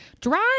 Drive